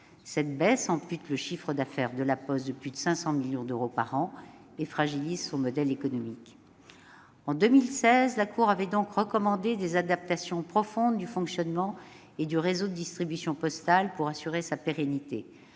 Cette diminution ampute le chiffre d'affaires de La Poste de plus de 500 millions d'euros par an et fragilise son modèle économique. En 2016, la Cour des comptes avait donc recommandé des adaptations profondes du fonctionnement et du réseau de distribution postale pour assurer sa pérennité.